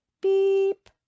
Beep